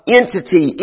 entity